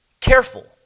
Careful